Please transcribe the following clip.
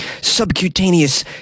subcutaneous